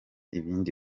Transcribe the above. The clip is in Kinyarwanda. ibindi